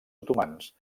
otomans